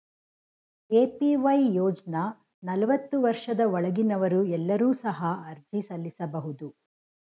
APY ಯೋಜ್ನ ನಲವತ್ತು ವರ್ಷದ ಒಳಗಿನವರು ಎಲ್ಲರೂ ಸಹ ಅರ್ಜಿ ಸಲ್ಲಿಸಬಹುದು